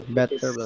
better